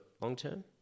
long-term